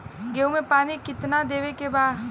गेहूँ मे पानी कितनादेवे के बा?